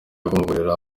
ava